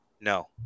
No